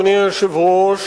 אדוני היושב-ראש,